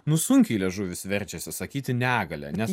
nu sunkiai liežuvis verčiasi sakyti negalia nes